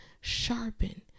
sharpen